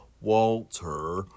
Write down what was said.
Walter